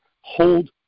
hold